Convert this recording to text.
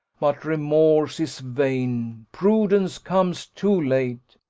but remorse is vain prudence comes too late.